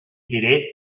diré